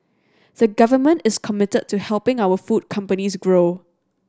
the government is committed to helping our food companies grow